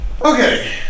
Okay